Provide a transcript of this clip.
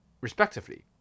respectively